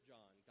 John